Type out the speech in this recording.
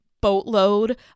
boatload